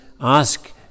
ask